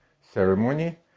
ceremony